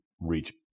reach